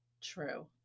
True